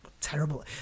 terrible